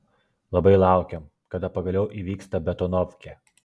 labai laukiam kada pagaliau įvyks ta betonovkė